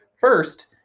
First